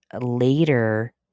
later